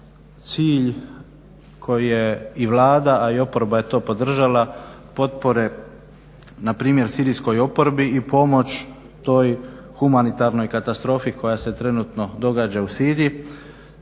cilj koji je i Vlada, a i oporba je to podržala potpore npr. sirijskoj oporbi i pomoć toj humanitarnoj katastrofi koja se trenutno događa u Siriji.